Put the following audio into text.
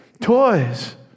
toys